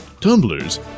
tumblers